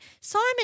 Simon